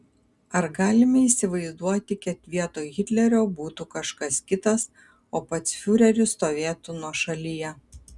ar galime įsivaizduoti kad vietoj hitlerio būtų kažkas kitas o pats fiureris stovėtų nuošalyje